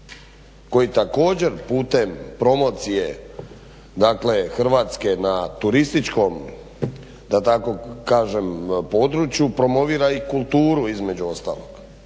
koji također putem promocije Hrvatske na turističkom, da tako kažem području, promovira i kulturu između ostalog,